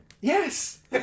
Yes